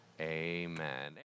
amen